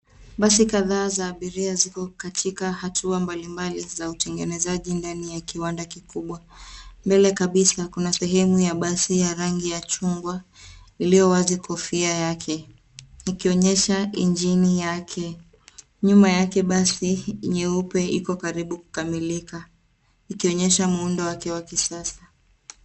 Basi kadhaa za abiria ziko katika hatua mbalimbali za utengenezaji ndani ya kiwanda kikubwa. Mbele kabisa kuna sehemu ya basi ya rangi ya chungwa iliyo wazi kofia yake. Ikionyesha injini yake. Nyuma yake basi nyeupe iko karibu kukamilika ikionyesha muundo wake wa kisasa.